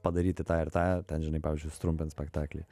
padaryti tą ir tą ten žinai pavyzdžiui sutrumpint spektaklį